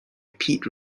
pete